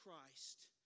Christ